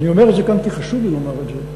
אני אומר את זה כאן כי חשוב לי לומר את זה.